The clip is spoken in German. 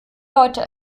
leute